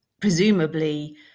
presumably